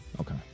Okay